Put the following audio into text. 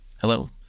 Hello